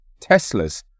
Teslas